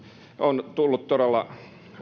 on todella tullut